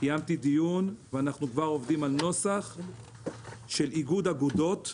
קיימתי דיון ואנחנו כבר עובדים על נוסח של איגוד אגודות,